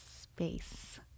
space